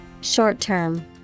Short-term